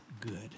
good